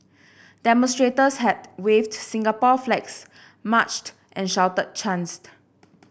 demonstrators had waved Singapore flags marched and shouted chants